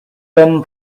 been